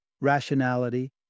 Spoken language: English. rationality